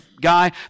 guy